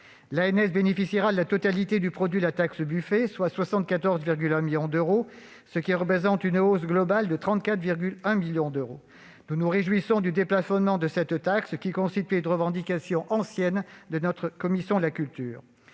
L'ANS bénéficiera de la totalité du produit de la taxe Buffet, soit 74,1 millions d'euros, ce qui représente une hausse globale de 34,1 millions. Nous nous réjouissons du déplafonnement de cette taxe, lequel constituait une revendication ancienne de la commission de la culture.